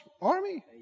army